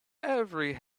every